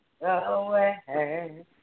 away